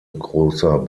großer